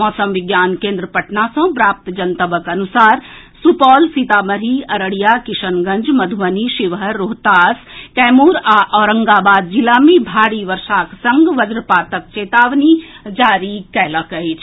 मौसम विज्ञान केन्द्र पटना सँ प्राप्त जनतबक अनुसार सुपौल सीतामढ़ी अररिया किशनगंज मधुबनी शिवहर रोहतास कैमूर आ औरंगाबाद जिला मे भारी वर्षाक संग वज्रपातक चेतावनी जारी कयलक अछि